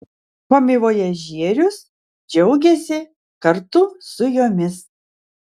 komivojažierius džiaugėsi kartu su jomis